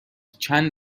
چند